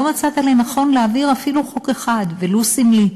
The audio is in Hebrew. מצאת לנכון להעביר אפילו חוק אחד ולו סמלי,